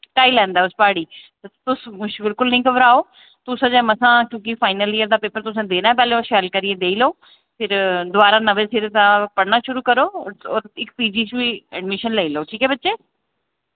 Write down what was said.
ढाई लैंदा ऐ उस प्हाड़ गी तुस बिलकुल निं घबराओ तुस अजें मसां चूंकि फाइनल इयर दा पेपर तुसें देना पैह्लें ओह् शैल करियै देई लैओ फिर दोबारा नमें सिरे दा पढ़ना शुरू करो और इक पी जी च बी अडमिशन लेई लैओ ठीक ऐ बच्चे